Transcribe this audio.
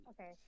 Okay